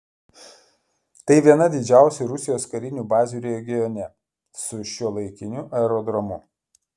tai viena didžiausių rusijos karinių bazių regione su šiuolaikiniu aerodromu